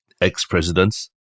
ex-presidents